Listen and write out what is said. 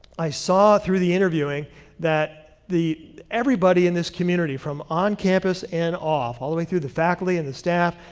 i saw through the interviewing that everybody everybody in this community from on campus and off, all the way through the faculty and the staff,